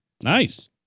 Nice